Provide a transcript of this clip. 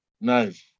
Nice